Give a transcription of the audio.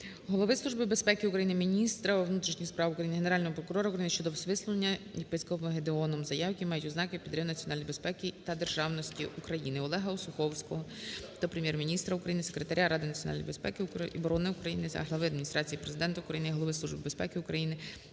Голови Служби безпеки України, міністра внутрішніх справ України, Генерального прокурора України щодо висловлювання єпископом Гедеоном заяв, які мають ознаки підриву національної безпеки та державності України. ОлегаОсуховського до Прем'єр-міністра України, Секретаря Ради національної безпеки і оборони України, Глави Адміністрації Президента України, Голови Служби безпеки України,